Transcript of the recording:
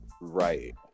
Right